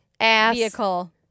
vehicle